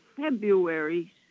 February